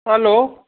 hello